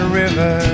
river